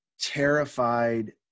terrified